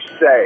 say